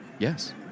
Yes